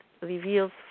reveals